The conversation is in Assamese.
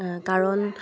কাৰণ